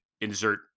insert